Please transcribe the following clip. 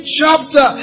chapter